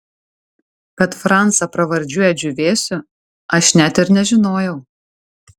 kad francą pravardžiuoja džiūvėsiu aš net ir nežinojau